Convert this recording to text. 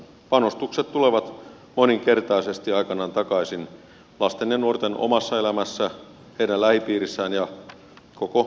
panostukset tulevat moninkertaisesti aikanaan takaisin lasten ja nuorten omassa elämässä heidän lähipiirissään ja koko suomalaisessa yhteiskunnassa